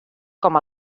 com